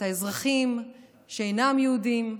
את האזרחים שאינם יהודים,